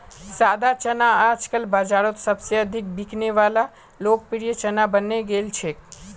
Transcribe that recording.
सादा चना आजकल बाजारोत सबसे अधिक बिकने वला लोकप्रिय चना बनने गेल छे